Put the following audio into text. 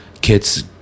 kids